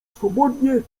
swobodnie